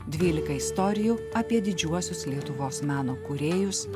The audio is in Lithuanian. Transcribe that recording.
dvylika istorijų apie didžiuosius lietuvos meno kūrėjus